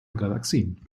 galaxien